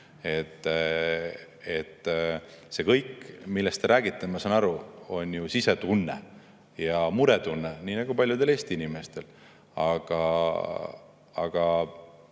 See kõik, millest te räägite, ma saan aru, on sisetunne ja muretunne, nii nagu paljudel Eesti inimestel, aga